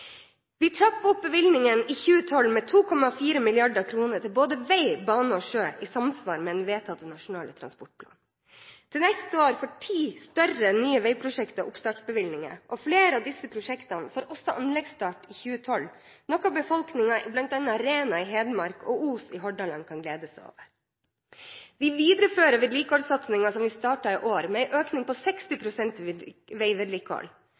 Vi trapper opp bevilgningene i 2012 med 2,4 mrd. kr til både vei-, bane- og sjøtransport i samsvar med den vedtatte Nasjonal transportplan. Til neste år får ti større nye veiprosjekter oppstartbevilgninger, og flere av disse prosjektene får også anleggsstart i 2012 – noe befolkningen i bl.a. Rena i Hedmark og Os i Hordaland kan glede seg over. Vi viderefører vedlikeholdssatsingen som vi startet i år, med en økning på 60 pst. til veivedlikehold.